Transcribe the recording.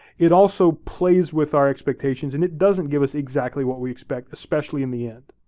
it also plays with our expectations and it doesn't give us exactly what we expect especially in the end.